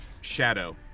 Shadow